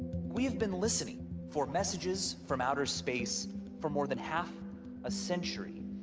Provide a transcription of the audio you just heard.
we have been listening for messages from outer space for more than half a century,